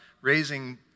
raising